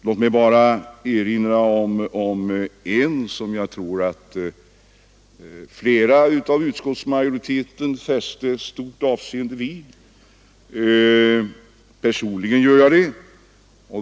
Låt mig bara erinra om ett, som jag tror att flera ledamöter i utskottsmajoriteten fäster stort avseende vid — personligen gör jag det.